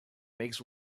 make